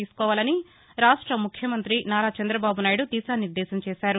తీసుకోవాలని రాష్ట్ర ముఖ్యమంతి నారా చంద్రబాబు నాయుడు దిశానిర్దేశం చేశారు